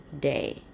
day